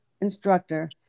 instructor